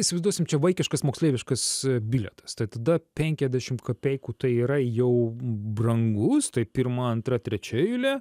įsivaizduosim čia vaikiškas moksleiviškas bilietas tai tada penkedešim kapeikų tai yra jau brangus tai pirma antra trečia eilė